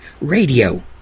radio